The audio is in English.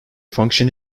function